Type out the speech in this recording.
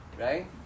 right